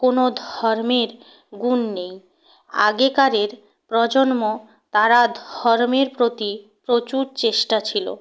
কোনও ধর্মের গুণ নেই আগেকারের প্রজন্ম তারা ধর্মের প্রতি প্রচুর চেষ্টা ছিল